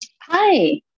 Hi